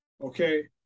Okay